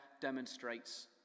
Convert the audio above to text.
demonstrates